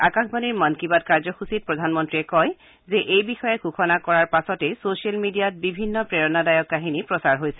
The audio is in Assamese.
আকাশবাণীৰ মন কী বাত কাৰ্যসূচীত প্ৰধানমন্ত্ৰীয়ে কয় যে এই বিষয়ে কৰা ঘোষণাৰ পাছতেই চচিয়েল মিডিয়াত বিভিন্ন প্ৰেৰণাদায়ক কাহিনী প্ৰচাৰ হৈছে